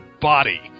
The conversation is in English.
body